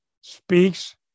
speaks